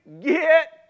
get